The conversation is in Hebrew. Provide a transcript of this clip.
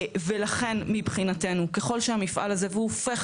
ולכן מבחינתנו ככול שהמפעל הזה והוא הופך